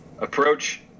Approach